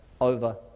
over